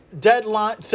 Deadline